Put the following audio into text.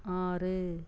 ஆறு